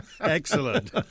Excellent